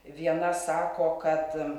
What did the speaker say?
viena sako kad